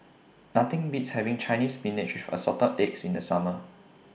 Nothing Beats having Chinese Spinach with Assorted Eggs in The Summer